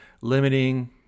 limiting